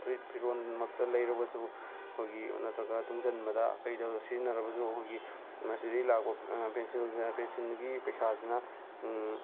ꯐꯨꯔꯤꯠ ꯐꯤꯔꯣꯜꯃꯛꯇ ꯂꯩꯔꯕꯁꯨ ꯑꯩꯈꯣꯏꯒꯤ ꯅꯠꯇ꯭ꯔꯒ ꯇꯨꯡꯁꯤꯟꯕꯗ ꯀꯩꯗ ꯁꯤꯖꯤꯟꯅꯔꯕꯁꯨ ꯑꯩꯈꯣꯏꯒꯤ ꯃꯁꯤꯗꯒꯤ ꯂꯥꯛꯄ ꯄꯦꯟꯁꯤꯜ ꯄꯦꯟꯁꯤꯟꯗꯒꯤ ꯄꯩꯁꯥꯁꯤꯅ